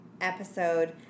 episode